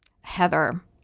Heather